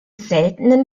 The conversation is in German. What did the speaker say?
seltenen